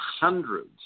hundreds